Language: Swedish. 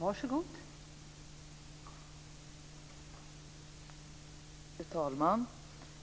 Fru talman!